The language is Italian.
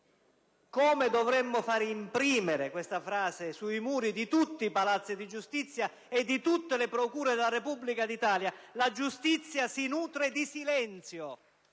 Dovremmo far imprimere questa frase sui muri di tutti i palazzi di giustizia e di tutte le procure della Repubblica d'Italia. La giustizia si nutre di silenzio